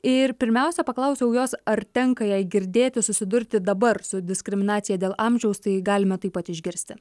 ir pirmiausia paklausiau jos ar tenka jai girdėti susidurti dabar su diskriminacija dėl amžiaus tai galime taip pat išgirsti